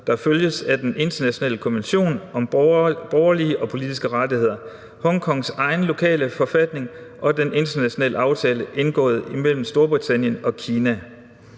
der følger af den internationale konvention om borgerlige og politiske rettigheder, Hongkongs egen lokale forfatning og den internationale aftale indgået imellem Storbritannien og Kina.